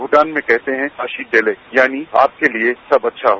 भूटान में कहते हैं आशितजले यानि आपके लिए सब अच्छा हो